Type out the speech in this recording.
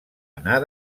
anar